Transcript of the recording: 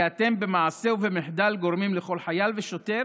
כי אתם, במעשה ובמחדל, גורמים לכל חייל ושוטר